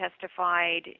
testified